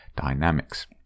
dynamics